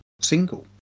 single